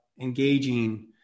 engaging